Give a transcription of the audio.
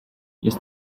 jest